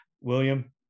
William